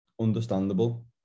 understandable